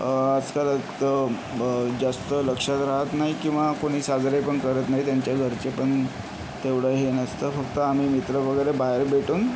आजकाल जास्त लक्षात राहत नाही किंवा कोणी साजरे पण करत नाहीत त्यांच्या घरचे पण तेवढं हे नसतं फक्त आम्ही मित्र वगैरे बाहेर भेटून